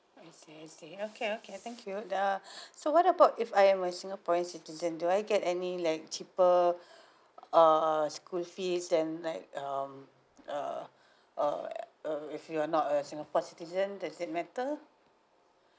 I see I see okay okay thank you the so what about if I'm a singaporean citizen do I get any like cheaper uh school fees then like um uh uh uh if you're not a singapore citizen does it matter